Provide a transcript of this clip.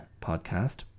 podcast